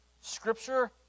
Scripture